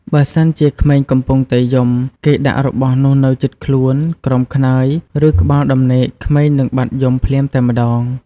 បើសិនជាក្មេងកំពុងតែយំគេដាក់របស់នោះនៅជិតខ្លួន ក្រោមខ្នើយ ឬក្បាលដំណេកក្មេងនឹងបាត់យំភ្លាមតែម្តង។